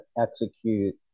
execute